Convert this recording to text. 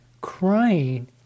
Crying